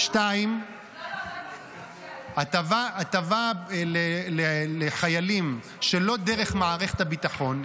2. הטבה לחיילים שלא דרך מערכת הביטחון,